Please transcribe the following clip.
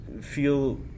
feel